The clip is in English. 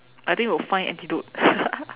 I think will find antidote